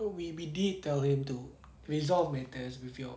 so we we did tell him to resolve matters with your